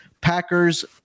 packers